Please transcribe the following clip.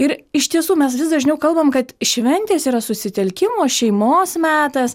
ir iš tiesų mes vis dažniau kalbam kad šventės yra susitelkimo šeimos metas